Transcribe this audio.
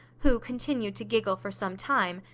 who continued to giggle for some time,